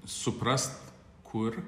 suprast kur